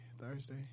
Thursday